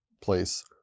place